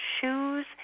shoes